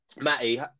Matty